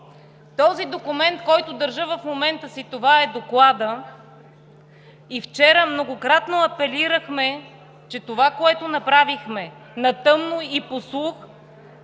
Този документ, който държа в момента, е Докладът, а вчера многократно апелирахме, че това, което направихме на тъмно и по слух